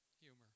humor